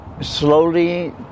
slowly